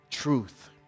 Truth